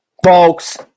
Folks